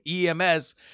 EMS